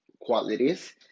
qualities